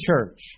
church